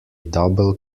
double